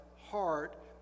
heart